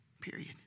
Period